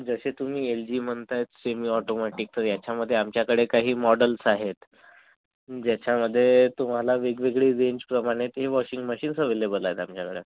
जसे तुम्ही L G म्हणत आहे सेमी ऑटोमॅटिक तर ह्याच्यामध्ये आमच्याकडे काही मॉडेल्स आहेत ज्याच्यामध्ये तुम्हाला वेगवेगळी रेंजप्रमाणे ते वॉशिंग मशीन्स अवेलेबल आहेत आमच्याकडे